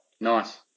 Nice